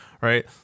right